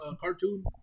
cartoon